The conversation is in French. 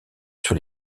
sur